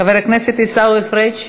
חבר הכנסת עיסאווי פריג'.